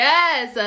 Yes